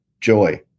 joy